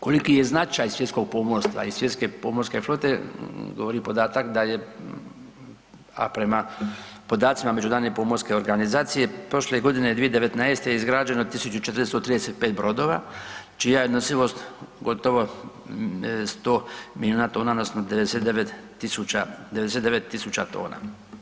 Koliki je značaj svjetskog pomorstva i svjetske pomorske flote govori podatak da je, a prema podacima Međunarodne pomorske organizacije prošle godine 2019. izgrađeno 1.435 brodova čija je nosivost gotovo 100 miliona tona odnosno 99 tisuća tona.